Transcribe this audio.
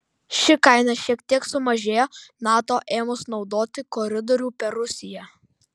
ši kaina šiek tiek sumažėjo nato ėmus naudoti koridorių per rusiją